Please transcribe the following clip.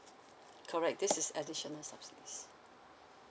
correct this is additional subsidies